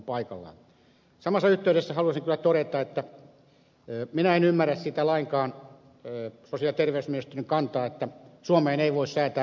samassa yhteydessä haluaisin kyllä todeta että minä en ymmärrä sitä sosiaali ja terveysministeriön kantaa lainkaan että suomeen ei voi säätää eläkekattoa